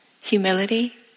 humility